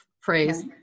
phrase